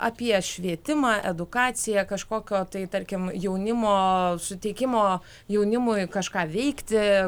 apie švietimą edukaciją kažkokio tai tarkim jaunimo suteikimo jaunimui kažką veikti